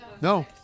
no